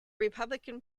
republican